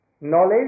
knowledge